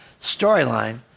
storyline